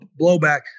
blowback